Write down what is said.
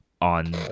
on